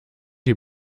die